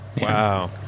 Wow